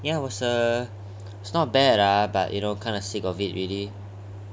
ya it was a it's not bad ah but you know kind of sick of it already